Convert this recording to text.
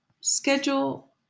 Schedule